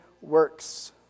works